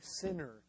sinner